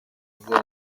kuvuga